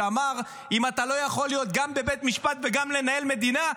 כשאמר: אם אתה לא יכול להיות גם בבית משפט וגם לנהל מדינה,